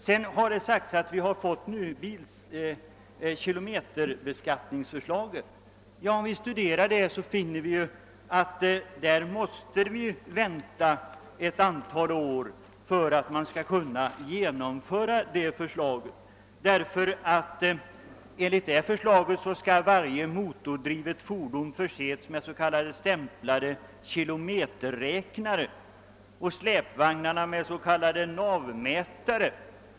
Man har vidare hänvisat till förslaget om kilometerbeskattning. Om vi studerar saken närmare finner vi att ett genomförande av det förslaget måste anstå ett antal år, eftersom det är meningen att varje motordrivet fordon skall förses med en stämplad kilometerräknare och varje släpvagn med s.k. navmätare.